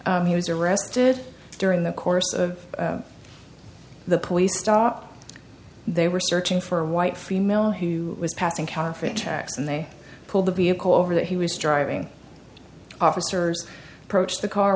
trial he was arrested during the course of the police stop they were searching for a white female who was passing counterfeit checks and they pulled the vehicle over that he was driving officers approached the car